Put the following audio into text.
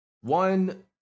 one